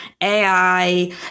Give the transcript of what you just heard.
AI